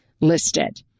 listed